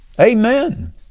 Amen